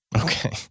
Okay